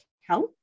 health